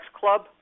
club